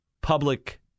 public